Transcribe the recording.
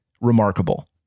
remarkable